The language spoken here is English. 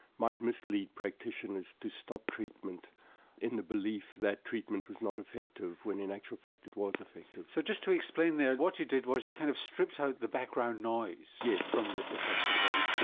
might mislead practitioners to stop treatment in the belief that treatment was not effective, when in actual fact it was effective. so just to explain there, what you did was, you kind of stripped out the background noise yeah from this effectively.